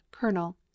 Colonel